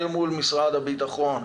אל מול משרד הביטחון.